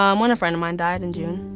um when a friend of mine died in june,